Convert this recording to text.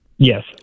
Yes